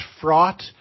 fraught